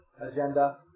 agenda